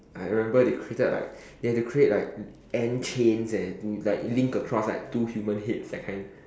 I remember they created like they have to create like ant chains eh like link across like two human heads that kind